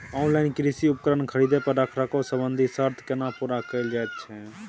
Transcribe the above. Online कृषि उपकरण खरीद पर रखरखाव संबंधी सर्त केना पूरा कैल जायत छै?